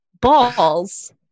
balls